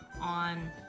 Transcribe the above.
on